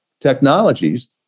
technologies